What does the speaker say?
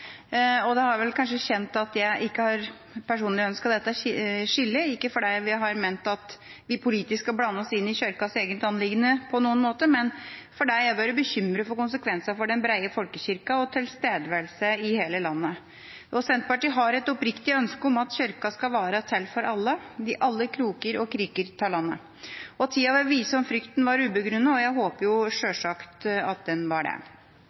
og det har vel kanskje vært kjent at jeg personlig ikke har ønsket dette skillet – ikke fordi jeg har ment at vi politisk skal blande oss inn i kirkens eget anliggende på noen måte, men fordi jeg har vært bekymret for konsekvensene for den brede folkekirken og tilstedeværelse i hele landet. Senterpartiet har et oppriktig ønske om at kirken skal være til for alle i alle kroker og kriker av landet. Tida vil vise om frykten var ubegrunnet, og jeg håper selvsagt at den var det.